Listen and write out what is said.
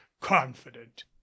confident